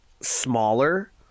smaller